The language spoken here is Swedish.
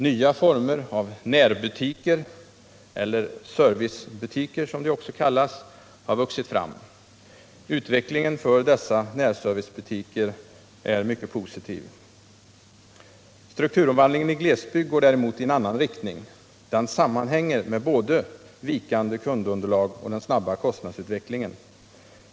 Nya former av närbutiker — eller servicebutiker, som de också kallas — har vuxit fram. Utvecklingen för dessa närservicebutiker är mycket positiv. Strukturomvandlingen i glesbygd går däremot i en annan riktning. Den sammanhänger med både vikande kundunderlag och den snabba kostnadsutvecklingen.